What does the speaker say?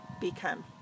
become